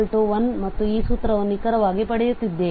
1 ಮತ್ತು ಈ ಸೂತ್ರವನ್ನು ನಿಖರವಾಗಿ ಪಡೆಯುತ್ತಿದ್ದೇವೆ